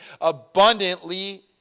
abundantly